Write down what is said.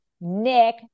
Nick